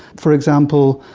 for example,